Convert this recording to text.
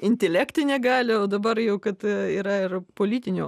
intelektinę galią o dabar jau kad yra ir politinių